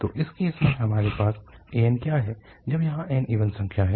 तो इस केस में हमारे पास an क्या है जब यहाँ n इवन संख्या है